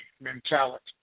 mentality